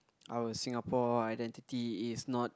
our Singapore identity is not